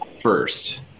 first